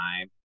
time